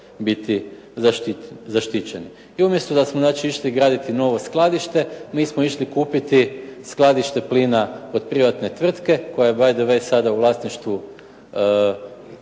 biti zaštićeni. I umjesto da smo znači išli graditi novo skladište mi smo išli kupiti skladište plina od privatne tvrtke koja je by the way sada u vlasništvu